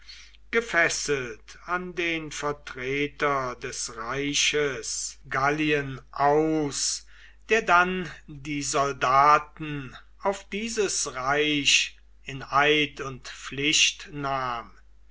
gefesselt an den vertreter des reiches gallien aus der dann die soldaten auf dieses reich in eid und pflicht nahm